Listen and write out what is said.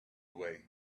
away